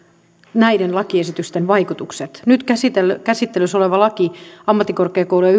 näiden lakiesitysten vaikutukset nyt käsittelyssä oleva laki ammattikorkeakoulujen